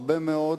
הרבה מאוד